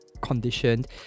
conditioned